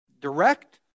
direct